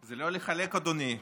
זה לא לחלק, אדוני.